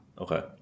Okay